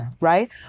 right